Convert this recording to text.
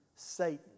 Satan